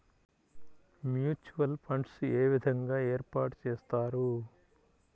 Mutual funds ఏ విధంగా ఏర్పాటు చేస్తారు?